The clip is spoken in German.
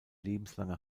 lebenslange